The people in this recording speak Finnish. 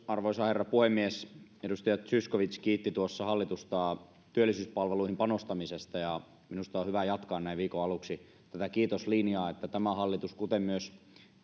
arvoisa herra puhemies edustaja zyskowicz kiitti tuossa hallitusta työllisyyspalveluihin panostamisesta ja minusta on hyvä jatkaa näin viikon aluksi tätä kiitoslinjaa tämä hallitus kuten myös